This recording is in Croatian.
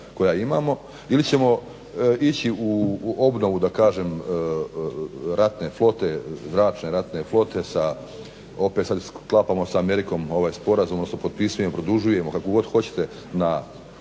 koja imamo ili ćemo ići u obnovu zračne ratne flote sa opet sada sklapamo sa Amerikom ovaj sporazum odnosno potpisujemo produžujemo kako god hoćete na